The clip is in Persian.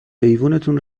ایوونتون